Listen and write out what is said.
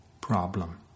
problem